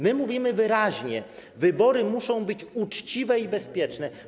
My mówimy wyraźnie: wybory muszą być uczciwe i bezpieczne.